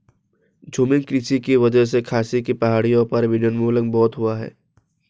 झूमिंग कृषि की वजह से खासी की पहाड़ियों पर वनोन्मूलन बहुत हुआ है